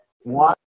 One